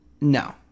No